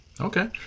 Okay